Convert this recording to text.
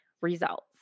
results